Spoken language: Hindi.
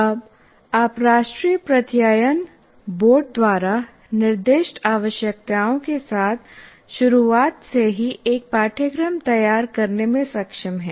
अब आप राष्ट्रीय प्रत्यायन बोर्ड द्वारा निर्दिष्ट आवश्यकताओं के साथ शुरुआत से ही एक पाठ्यक्रम तैयार करने में सक्षम हैं